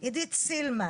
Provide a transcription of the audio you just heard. עבירת ריבוי נישואין.